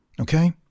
okay